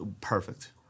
Perfect